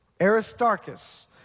Aristarchus